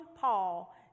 Paul